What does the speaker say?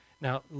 Now